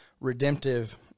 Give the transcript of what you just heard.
redemptive